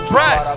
Bread